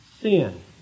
sin